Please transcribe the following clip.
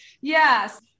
yes